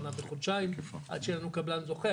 שנה וחודשיים עד שיהיה לנו קבלן זוכה.